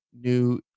new